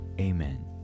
Amen